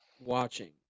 watching